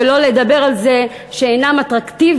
שלא לדבר על זה שהמתקנים אינם אטרקטיביים,